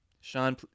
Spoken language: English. Sean